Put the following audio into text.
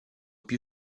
più